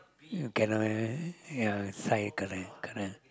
uh cannot lah yeah sigh correct correct